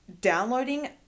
downloading